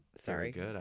Sorry